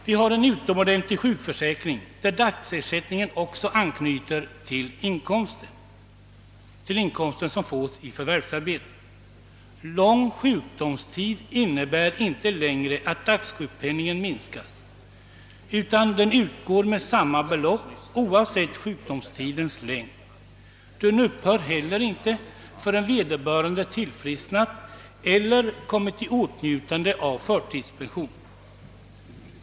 Vi har en utomordentlig sjukförsäkring, där dagsersättningen också anknyter till inkomsten av förvärvsarbete. Lång sjukdomstid innebär inte längre att dagsjukpenningen minskas, utan den utgår med samma belopp oavsett sjukdomstidens längd. Den upphör inte heller förrän vederbörande tillfrisknat eller kommit i åtnjutande av förtidspension.